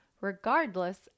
regardless